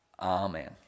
Amen